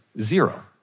zero